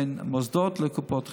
בין מוסדות לקופות החולים.